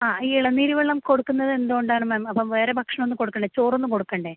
ആ ഈ ഇളനീർ വെള്ളം കൊടുക്കുന്നതെന്ത് കോണ്ടാണ് മാം അപ്പം വേറെ ഭക്ഷണം ഒന്നും കൊടുക്കേണ്ടേ ചോറൊന്നും കൊടുക്കേണ്ടേ